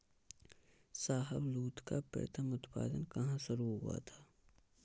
शाहबलूत का प्रथम उत्पादन कहां शुरू हुआ था?